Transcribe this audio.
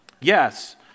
Yes